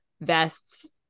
vests